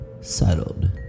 settled